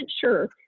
sure